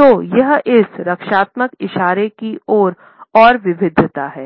तो यह इस रक्षात्मक इशारों की एक और विविधता है